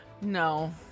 no